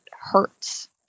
hurts